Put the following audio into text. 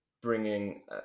bringing